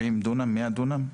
70 דונם, 100 דונם,